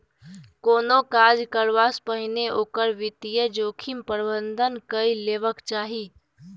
कोनो काज करबासँ पहिने ओकर वित्तीय जोखिम प्रबंधन कए लेबाक चाही